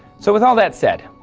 so, with all that said,